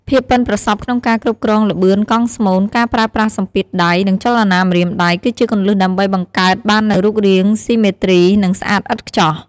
ភាពប៉ិនប្រសប់ក្នុងការគ្រប់គ្រងល្បឿនកង់ស្មូន ការប្រើប្រាស់សម្ពាធដៃ និងចលនាម្រាមដៃ គឺជាគន្លឹះដើម្បីបង្កើតបាននូវរូបរាងស៊ីមេទ្រី និងស្អាតឥតខ្ចោះ។